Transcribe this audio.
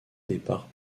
départ